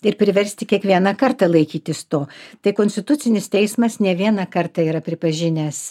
ir priversti kiekvieną kartą laikytis to tai konstitucinis teismas ne vieną kartą yra pripažinęs